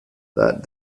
that